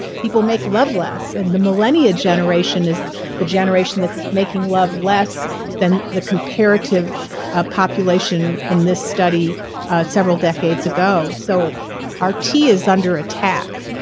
people make love less and the millennia generation is the generation that's making love less than the comparative ah population in this study several decades ago. so our t is under attack